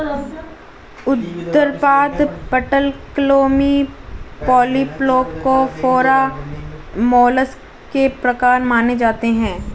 उदरपाद, पटलक्लोमी, Polyplacophora, mollusc के प्रकार माने जाते है